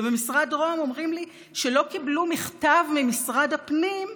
ובמשרד רוה"מ אומרים לי שלא קיבלו מכתב ממשרד הפנים,